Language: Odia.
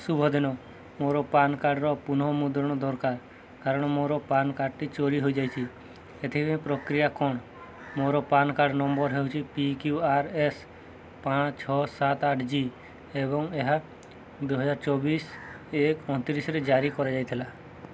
ଶୁଭ ଦିନ ମୋର ପାନ୍ କାର୍ଡର ପୁନଃମୁଦ୍ରଣ ଦରକାର କାରଣ ମୋର ପାନ୍ କାର୍ଡ଼୍ଟି ଚୋରି ହେଇଯାଇଛି ଏଥିପାଇଁ ପ୍ରକ୍ରିୟା କ'ଣ ମୋର ପାନ୍ କାର୍ଡ଼୍ ନମ୍ବର୍ ହେଉଛି ପି କ୍ୟୁ ଆର୍ ଏସ୍ ପାଞ୍ଚ ଛଅ ସାତ ଆଠ ଜି ଏବଂ ଏହା ଦୁଇ ହଜାର ଚବିଶ ଏକ ପଇଁତିରିଶରେ ଜାରି କରାଯାଇଥିଲା